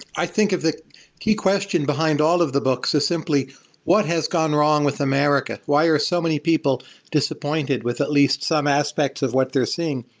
i think the key question behind all of the books is simply what has gone wrong with america? why are so many people disappointed with at least some aspects of what they're seeing?